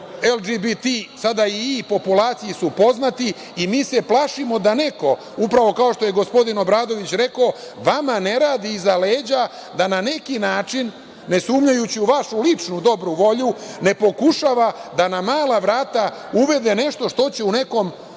LGBTI, sada i I populaciji su poznati, i mi se plašimo da neko, upravo kao što je gospodin Obradović rekao, vama ne radi iza leđa da na neki način, ne sumnjajući u vašu ličnu dobru volju, ne pokušava da na mala vrata uvede nešto što će u nekom periodu